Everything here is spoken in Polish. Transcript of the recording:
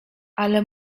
ale